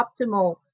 optimal